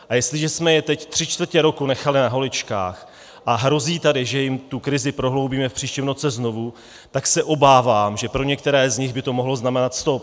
A jestliže jsme je teď tři čtvrtě roku nechali na holičkách a hrozí tady, že jim tu krizi prohloubíme v příštím roce znovu, tak se obávám, že pro některé z nich by to mohlo znamenat stop.